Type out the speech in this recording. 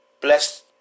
Bless